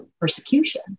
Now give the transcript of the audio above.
persecution